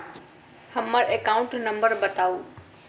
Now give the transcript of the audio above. हम्मर account number बताऊ?